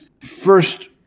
first